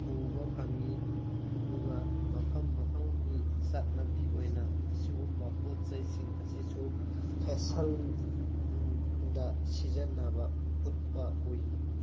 ꯎꯕ ꯐꯪꯉꯤ ꯑꯗꯨꯒ ꯃꯐꯝ ꯃꯐꯝꯒꯤ ꯆꯠꯅꯕꯤ ꯑꯣꯏꯅ ꯑꯁꯤꯒꯨꯝꯕ ꯄꯣꯠꯆꯩꯁꯤꯡ ꯑꯁꯤꯁꯨ ꯐꯦꯁꯜ ꯗ ꯁꯤꯖꯤꯟꯅꯕ ꯎꯠꯄ ꯎꯏ